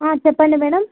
చెప్పండి మేడం